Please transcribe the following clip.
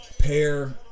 Pair